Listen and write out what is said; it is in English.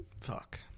Fuck